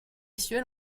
sexuelle